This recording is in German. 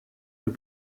und